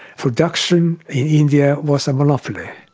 production in india was a monopoly.